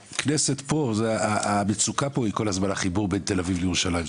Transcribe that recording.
והמצוקה פה היא כל הזמן החיבור בין תל אביב לירושלים.